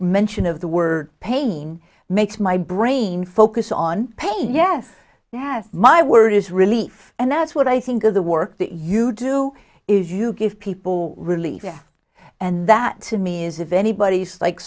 mention of the word pain makes my brain focus on pain yes yes my word is relief and that's what i think of the work that you do if you give people relief and that to me is if anybody's like